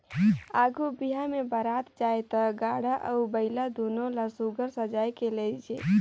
आघु बिहा मे बरात जाए ता गाड़ा अउ बइला दुनो ल सुग्घर सजाए के लेइजे